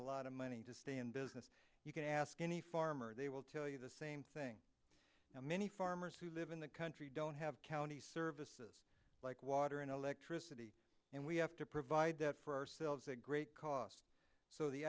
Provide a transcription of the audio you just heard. lot of money to stay in business you can ask any farmer they will tell you the same thing how many farmers who live in the country don't have county services like water and electricity and we have to provide that for ourselves at great cost so the